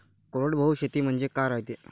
कोरडवाहू शेती म्हनजे का रायते?